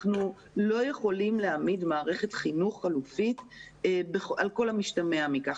אנחנו לא יכולים להעמיד מערכת חינוך חלופית על כל המשתמע מכך.